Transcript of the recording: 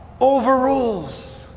overrules